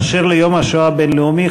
באשר ליום השואה הבין-לאומי,